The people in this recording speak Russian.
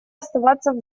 оставаться